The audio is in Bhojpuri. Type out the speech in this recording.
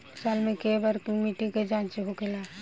साल मे केए बार मिट्टी के जाँच होखेला?